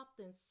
often